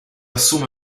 assume